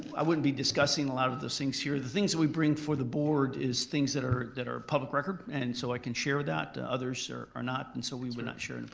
i wouldn't be discussing a lot of those things here. the things that we bring for the board is things that are that are public record and so i can share that. others are are not and so we would not share in the